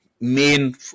main